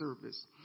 service